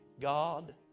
God